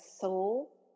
soul